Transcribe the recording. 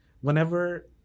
whenever